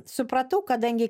supratau kadangi